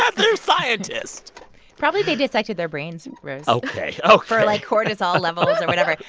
ah their scientists probably they dissected their brains, rose. ok. ok. for, like, cortisol levels or whatever.